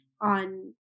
on